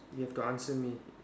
you have to answer me